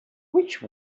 which